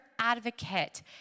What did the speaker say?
advocate